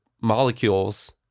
molecules